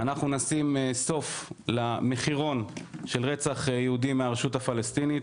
אנחנו נשים סוף למחירון של רצח יהודים מהרשות הפלסטינית.